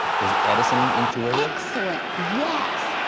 was edison intuitive? excellent! yes!